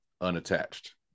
unattached